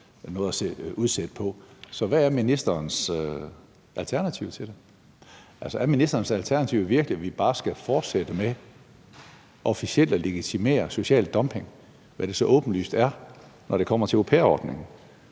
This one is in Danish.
Så hvad er ministerens alternativ til det? Altså, er ministerens alternativ virkelig, at vi bare skal fortsætte med officielt at legitimere social dumping, hvad det så åbenlyst er, når det kommer til au pair-ordningen?